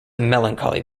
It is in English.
melancholy